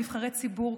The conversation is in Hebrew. נבחרי הציבור,